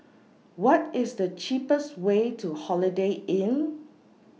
What IS The cheapest Way to Holiday Inn